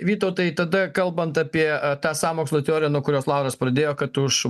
vytautai tada kalbant apie tą sąmokslo teoriją nuo kurios lauras pradėjo kad už